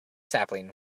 sapling